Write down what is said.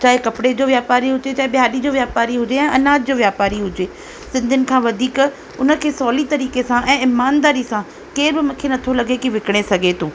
चाहे कपिड़े जो वापारी हुजे चाहे बिहारी जो वापारी हुजे अनाज जो वापारी हुजे सिंधियुनि खां वधीक उन खे सहुली तरीक़े सां ऐं इमानदारी सां केर बि मूंखे नथो लॻे की विकिणे सघे थो